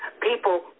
People